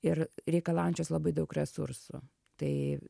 ir reikalaujančios labai daug resursų tai